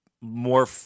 more